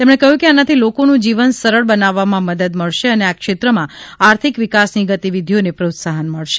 તેમણે કહ્યું કે આનાથી લોકોનું જીવન સરળ બનાવવામાં મદદ મળશે અને આ ક્ષેત્રમાં આર્થિક વિકાસની ગતિવિધિઓને પ્રોત્સાહન મળશે